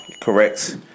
Correct